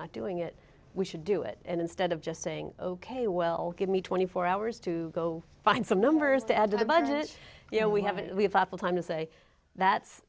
not doing it we should do it and instead of just saying ok well give me twenty four hours to go find some numbers to add to the budget you know we have an awful time to say that's